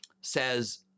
says